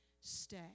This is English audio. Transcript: stay